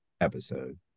episode